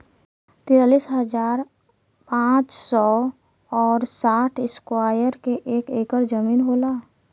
तिरालिस हजार पांच सौ और साठ इस्क्वायर के एक ऐकर जमीन होला